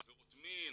עבירות מין,